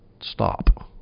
Stop